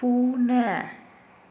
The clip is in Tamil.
பூனை